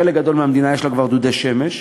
לחלק גדול מתושבי המדינה יש כבר דודי שמש.